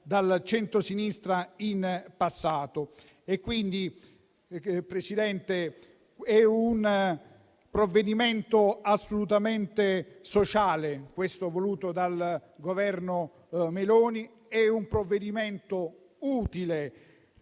dal centrosinistra in passato. Signor Presidente, è un provvedimento assolutamente sociale questo voluto dal Governo Meloni. È un provvedimento utile,